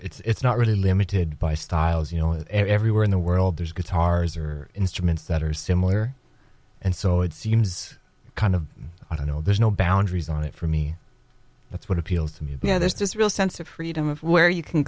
guitar it's not really limited by styles you know everywhere in the world there's guitars or instruments that are similar and so it seems kind of i don't know there's no boundaries on it for me that's what appeals to me you know there's this real sense of freedom of where you can